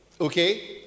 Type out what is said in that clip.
okay